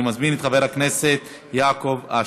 אני מזמין את חבר הכנסת יעקב אשר.